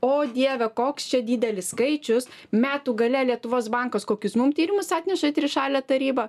o dieve koks čia didelis skaičius metų gale lietuvos bankas kokius mum tyrimus atnešė trišalė taryba